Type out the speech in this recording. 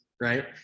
right